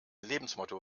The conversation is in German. lebensmotto